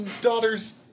daughter's